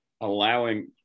allowing